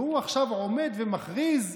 והוא עכשיו עומד ומכריז: